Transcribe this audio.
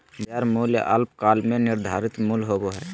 बाजार मूल्य अल्पकाल में निर्धारित मूल्य होबो हइ